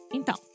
Então